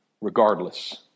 regardless